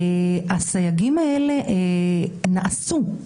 הסייגים האלה נעשו,